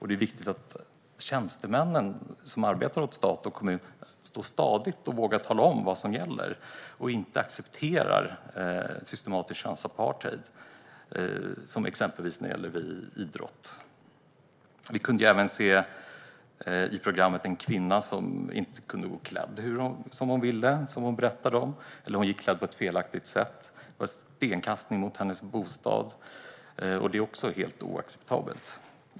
Det är viktigt att de tjänstemän som arbetar i stat och kommun står stadigt och vågar tala om vad som gäller och inte accepterar systematisk könsapartheid, exempelvis i idrott. I programmet kunde vi även se en kvinna som inte kunde gå klädd som hon ville. Hon anklagades för att vara klädd på ett felaktigt sätt, och det förekom stenkastning mot hennes bostad. Det är helt oacceptabelt.